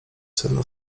sedno